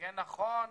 נתארגן נכון,